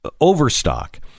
Overstock